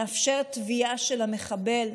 לאפשר תביעה של המחבל,